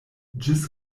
ĝis